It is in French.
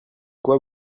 quoi